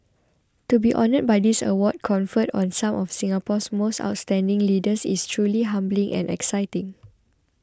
to be honoured by this award conferred on some of Singapore's most outstanding leaders is truly humbling and exciting